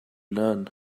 learn